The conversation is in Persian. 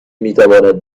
میتواند